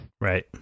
Right